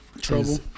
trouble